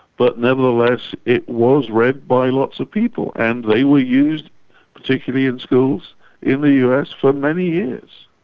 but nevertheless it was read by lots of people, and they were used particularly in schools in the us for many years.